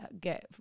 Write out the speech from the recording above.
get